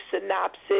synopsis